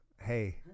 hey